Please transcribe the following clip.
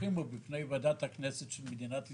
כשמדברים בפני ועדת הכנסת של מדינת ישראל,